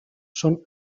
són